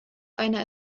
einer